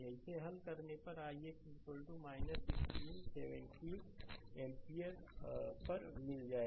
इसे हल करने पर ix ' 16 17 एम्पियर पर मिल जाएगा